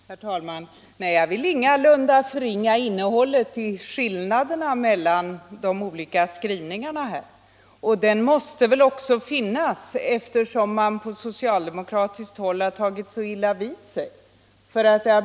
Herr talman! Nej, jag vill ingalunda förringa skillnaden mellan de olika skrivningarna. En sådan måste väl också finnas, eftersom man på socialdemokratiskt håll har tagit så illa vid sig utav den.